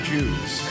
Jews